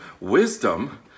wisdom